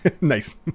Nice